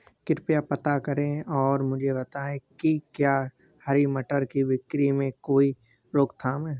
कृपया पता करें और मुझे बताएं कि क्या हरी मटर की बिक्री में कोई रोकथाम है?